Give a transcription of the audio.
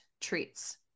treats